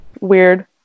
Weird